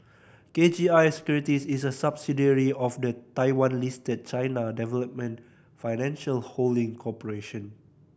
K G I Securities is a subsidiary of the Taiwan Listed China Development Financial Holding Corporation